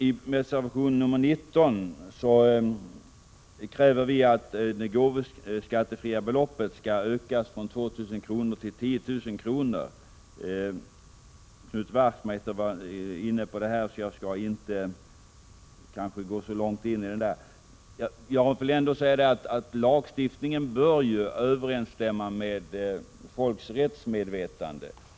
I reservation 19 kräver vi att det gåvoskattefria beloppet skall ökas från 2 000 kr. till 10 000 kr. Knut Wachtmeister talade om detta, så jag skall inte fördjupa mig så mycket i frågan. Jag vill bara säga att lagstiftningen bör överensstämma med folks rättsmedvetande.